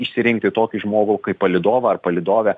išsirinkti tokį žmogų kaip palydovą ar palydovę